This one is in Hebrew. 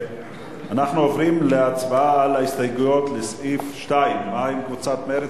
אנחנו עוברים להצבעה על ההסתייגויות לסעיף 2. מה עם קבוצת סיעת מרצ,